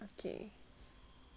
okay